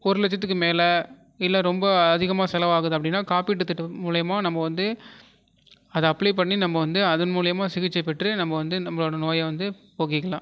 ஒரு லட்சத்துக்கு மேலே இல்லை ரொம்ப அதிகமாக செலவாகுது அப்படின்னா காப்பீட்டு திட்டம் மூலயமா நம்ம வந்து அதை அப்ளை பண்ணி நம்ம வந்து அதன் மூலயமா சிகிச்சை பெற்று நம்ம வந்து நம்மளுடைய நோயை வந்து போக்கிக்கலாம்